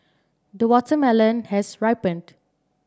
the watermelon has ripened